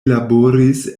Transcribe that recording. laboris